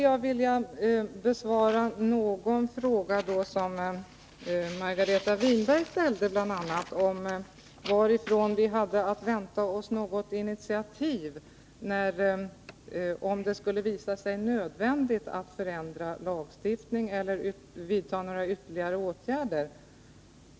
Jag vill besvara en fråga som bl.a. Margareta Winberg ställde, om varifrån vi hade att vänta oss några initiativ, om det skulle visa sig nödvändigt att förändra lagstiftningen eller vidta ytterligare åtgärder.